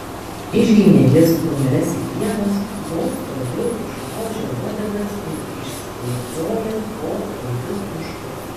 išginė jis kumeles į pievas jos tuojau užlaužė uodegas ir išsibėgiojo po tankius miškus